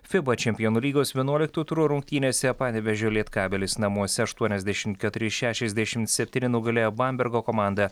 fiba čempionų lygos vienuolikto turo rungtynėse panevėžio lietkabelis namuose aštuoniasdešimt keturi šešiasdešim septyni nugalėjo bambergo komandą